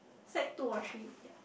section two or three